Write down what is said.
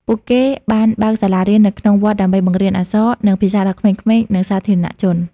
ពួកគេបានបើកសាលារៀននៅក្នុងវត្តដើម្បីបង្រៀនអក្សរ និងភាសាដល់ក្មេងៗ និងសាធារណជន។